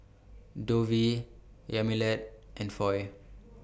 Dovie Yamilet and Foy